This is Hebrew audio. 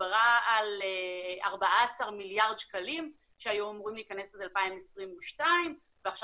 שדיברה על 14 מיליארד שקלים שהיו אמורים להיכנס עד 2022 ועכשיו